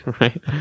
right